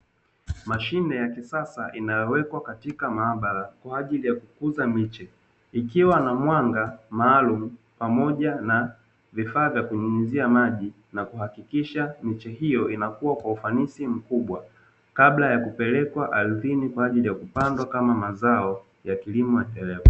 Mashine ya kisasa inayowekwa katika maabara kwa ajili ya kukuza miche, ikiwa na mwanga maalumu pamoja na vifaa vya kunyunyuzia maji na kuhakikisha miche hiyo inakuwa kwa ufanisi mkubwa, kabla ya kupelekwa ardhini kwa ajili ya kupandwa kama mazao ya kilimo.